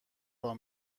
راه